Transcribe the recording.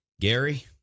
Gary